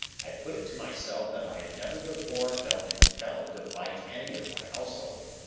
i put it to myself that i had never before felt impelled to bite any of my household.